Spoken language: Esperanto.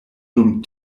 dum